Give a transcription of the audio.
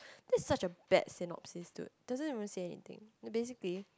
that's such a bad synopsis to doesn't even say anything basically